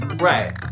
right